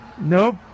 Nope